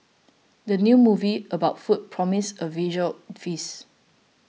the new movie about food promises a visual feast